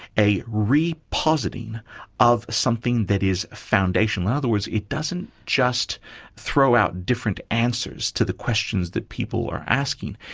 a re-positing of something that is foundational. in other words, it doesn't just throw out different answers to the questions that people are asking,